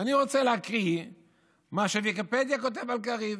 אני רוצה להקריא את מה שוויקיפדיה כותבת על קריב.